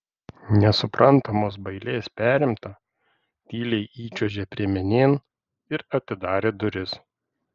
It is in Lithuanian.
nesuprantamos bailės perimta tyliai įčiuožė priemenėn ir atidarė duris